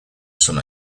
some